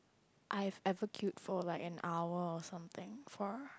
I've ever queued for like an hour or something for